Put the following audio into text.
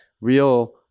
real